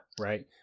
Right